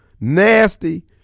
nasty